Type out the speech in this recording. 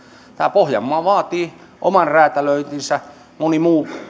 pohjanmaa vaatii oman räätälöintinsä moni muu